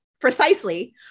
precisely